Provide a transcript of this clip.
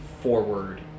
forward